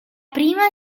prima